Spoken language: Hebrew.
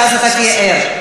ואז אתה תהיה ער.